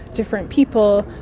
different people,